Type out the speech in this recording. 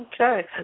Okay